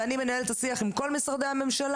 אני מנהל את השיח עם כל משרדי הממשלה,